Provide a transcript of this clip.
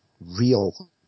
real